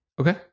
Okay